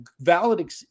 valid